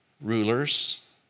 rulers